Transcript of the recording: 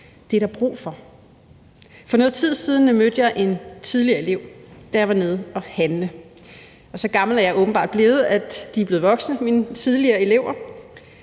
Det er der brug for. For noget tid siden mødte jeg en tidligere elev, da jeg var nede at handle. Jeg er åbenbart blevet så gammel, at mine tidligere elever